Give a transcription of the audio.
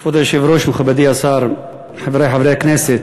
כבוד היושב-ראש, מכובדי השר, חברי חברי הכנסת,